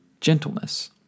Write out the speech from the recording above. gentleness